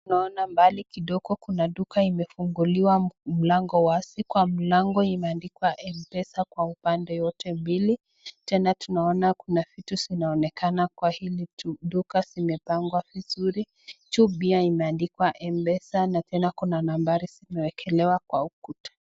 Naona mbali kidogo kuna duka imefunguliwa, mlangowa si kwa mlango imeandikwa mpesa kwa upande yote mbili, tena tunaona kuna vitu zinaonekana kwahili duka zimepangwa vizuri, juu pia zimeandikwa mpesa natena kuna nambari zimewekelewa kwa ukuta.